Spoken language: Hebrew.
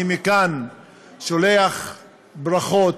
אני שולח מכאן ברכות